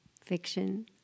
fiction